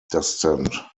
descent